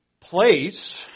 place